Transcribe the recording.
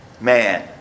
Man